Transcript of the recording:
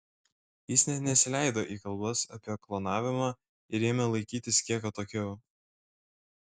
jis net nesileido į kalbas apie klonavimą ir ėmė laikytis kiek atokiau